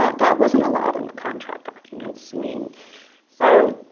ah that wasn't allowed in the contract documents. i mean so